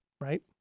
right